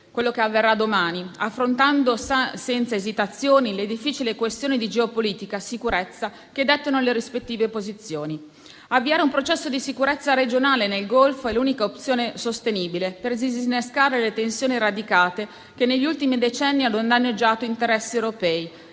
quello che avverrà domani - affrontando senza esitazioni le difficili questioni di geopolitica e sicurezza che dettano le rispettive posizioni. Avviare un processo di sicurezza regionale nel Golfo è l'unica opzione sostenibile per disinnescare le tensioni radicate, che negli ultimi decenni hanno danneggiato interessi europei